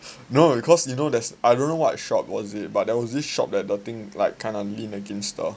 no because you know there's I don't know what shop was it but there was this shop where the thing like kind of lean against the